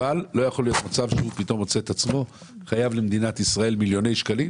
והוא מוצא את עצמו חייב למדינת ישראל מיליוני שקלים